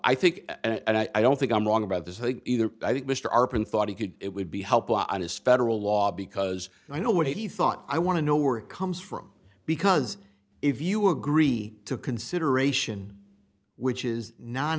i think and i don't think i'm wrong about this either i think mr arpan thought he could it would be helpful on his federal law because i know what he thought i want to know where it comes from because if you agree to consideration which is non